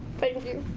thank you.